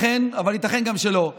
תסתכל גם לצד השני.